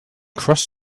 cross